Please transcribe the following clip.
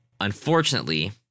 Unfortunately